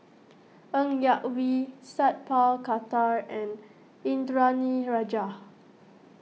Ng Yak Whee Sat Pal Khattar and Indranee Rajah